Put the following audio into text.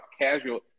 casual